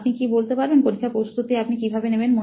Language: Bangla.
আপনি কি বলতে পারবেন পরীক্ষার প্রস্তুতি আপনি কি ভাবে নেবেন